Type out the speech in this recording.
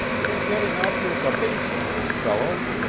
you're getting off your cabesa, old fellow,